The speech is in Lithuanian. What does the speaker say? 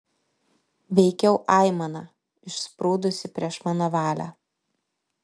veikiau aimana išsprūdusi prieš mano valią